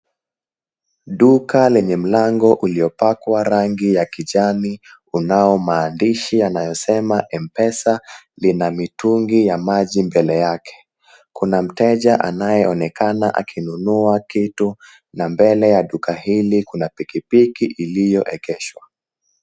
Duka lenye mlango uliopakwa rangi ya kijani unao maandishi yanayosema Mpesa lina mitungi ya maji mbele yake. Kuna mteja anayeonekana akinunua kitu na mbele ya duka hili kuna pikipiki iliyoegeshwa.